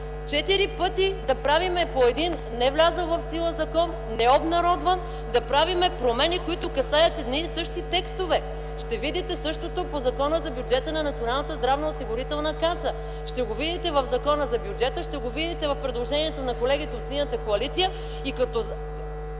четири пъти да правим промени по един невлязъл в сила закон, необнародван, които касаят едни и същи текстове? Ще видите същото направено по Закона за бюджета на Националната здравноосигурителна каса, ще го видите в Закона за бюджета, ще го видите в предложенията на колегите от Синята коалиция, и като капак